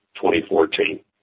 2014